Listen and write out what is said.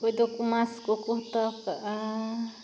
ᱚᱠᱚᱭ ᱫᱚ ᱠᱚᱢᱟᱥ ᱠᱚᱠᱚ ᱦᱟᱛᱟᱣ ᱠᱟᱜᱼᱟ